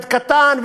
וגם לילד קטן,